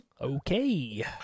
Okay